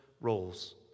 roles